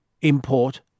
import